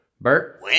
Bert